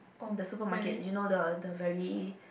the supermarket you know the the very